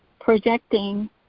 projecting